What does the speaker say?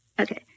Okay